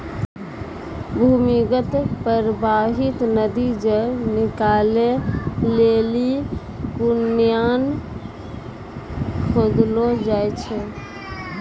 भूमीगत परबाहित नदी जल निकालै लेलि कुण्यां खोदलो जाय छै